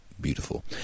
beautiful